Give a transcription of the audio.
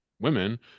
women